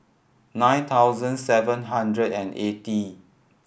nine thousand seven hundred and eighty